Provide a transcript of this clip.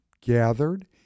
gathered